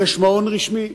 יש מעון רשמי.